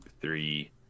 three